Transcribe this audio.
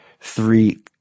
three